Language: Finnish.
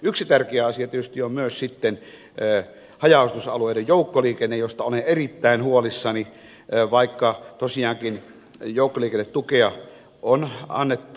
yksi tärkeä asia tietysti on myös sitten haja asutusalueiden joukkoliikenne josta olen erittäin huolissani vaikka tosiaankin joukkoliikennetukea on annettu